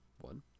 One